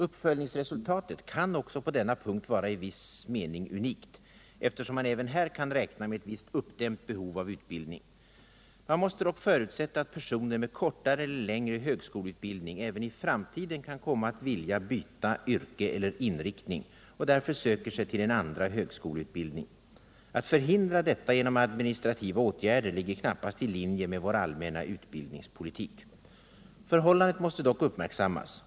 lestudier tillträde till högskolestudier 60 eftersom man även här kan räkna med ett visst uppdämt behov av utbildning. Man måste dock förutsätta att personer med kortare eller längre högskoleutbildning även i framtiden kan komma att vilja byta yrke eller inriktning och därför söker sig till en ”andra” högskoleutbildning. Att förhindra detta genom administrativa åtgärder ligger knappast i linje med vår allmänna utbildningspolitik. Förhållandet måste dock uppmärksammas.